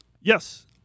Yes